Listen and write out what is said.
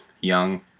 young